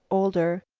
older,